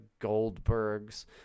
goldbergs